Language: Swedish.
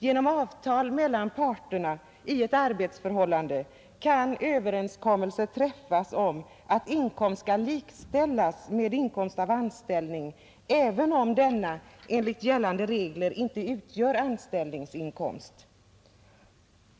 Genom avtal mellan parterna i ett arbetsförhållande kan överenskommelse träffas om att viss inkomst kan likställas med inkomst av anställning även om denna enligt gällande regler inte utgör anställningsinkomst.